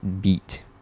beat